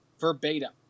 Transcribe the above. Verbatim